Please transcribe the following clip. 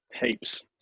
heaps